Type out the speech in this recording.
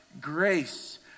grace